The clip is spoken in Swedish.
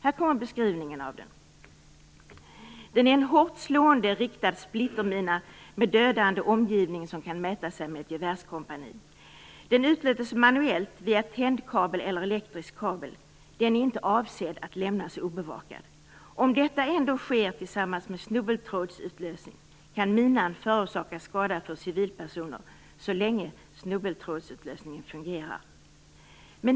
Här kommer beskrivningen av den: Den är en hårt slående riktad splittermina med dödande omgivning som kan mäta sig med ett gevärskompani. Den utlöses manuellt via tändkabel eller elektrisk kabel. Den är inte avsedd att lämnas obevakad. Om detta ändå sker tillsammans med snubbeltrådsutlösning kan minan förorsaka skada för civilpersoner så länge snubbeltrådsutlösningen fungerar.